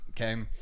okay